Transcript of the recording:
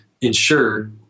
ensure